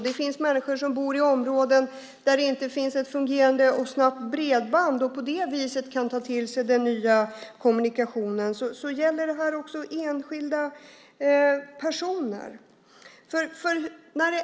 Det finns människor som bor i områden där det inte finns ett fungerande och snabbt bredband så att de på det viset kan ta till sig den nya kommunikationen. Gäller det här också enskilda personer?